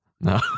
no